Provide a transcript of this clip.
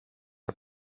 are